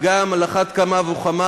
על אחת וכמה,